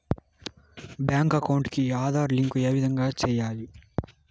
Bank account కి Aadhaar link ఏ విధంగా సెయ్యాలి?